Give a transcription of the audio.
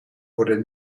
worden